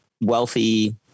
wealthy